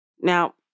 Now